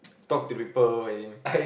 talk to people when in